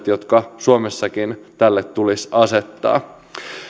jotka suomessakin tälle tulisi asettaa vähintään niin kunnianhimoiset